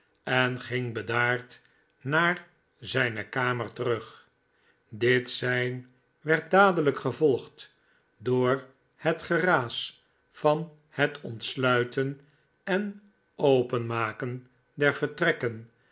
was enging bedaard naar zijne kamer terug dit sein werd dadelijk gevolgd door het geraas van het ontsluiten en openmaken der vertrekken